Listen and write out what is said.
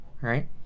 right